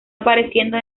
apareciendo